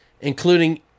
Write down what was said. including